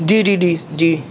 جی جی جی جی